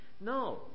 no